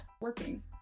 working